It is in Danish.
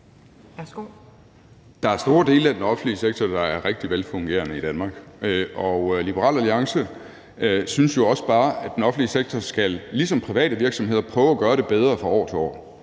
Der er store dele af den offentlige sektor i Danmark, der er rigtig velfungerende. Og Liberal Alliance synes jo også bare, at den offentlige sektor ligesom de private virksomheder skal prøve at gøre det bedre fra år til år